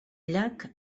llac